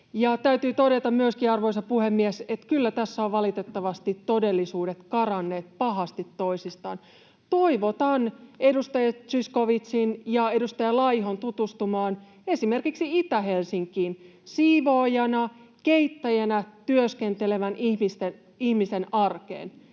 täytyy todeta myöskin, arvoisa puhemies, että kyllä tässä ovat valitettavasti todellisuudet karanneet pahasti toisistaan. Toivotan edustaja Zyskowiczin ja edustaja Laihon tutustumaan esimerkiksi Itä-Helsinkiin, siivoojana, keittäjänä työskentelevän ihmisen arkeen,